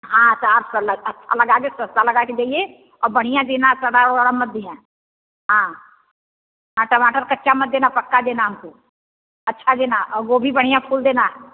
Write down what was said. हाँ चार्ज कर लो अच्छा लगाके सस्ता लगाके दीजिए और बढ़िया देना सड़ा वड़ा मत देना हाँ औ टमाटर कच्चा मत देना पक्का देना हमको अच्छा देना और गोभी बढ़िया फूल देना